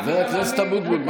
חבר הכנסת אבוטבול,